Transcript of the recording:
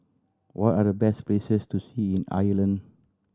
what are the best places to see in Ireland